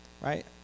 Right